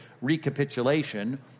recapitulation